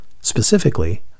Specifically